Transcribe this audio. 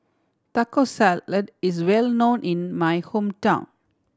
Taco Salad is well known in my hometown